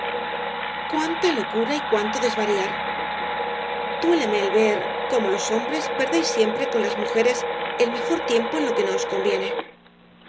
cuánta locura y cuánto desvariar duéleme el ver cómo los hombres perdéis siempre con las mujeres el mejor tiempo en lo que no os conviene